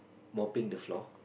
mopping the floor